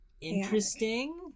interesting